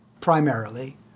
primarily